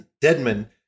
Deadman